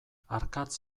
arkatz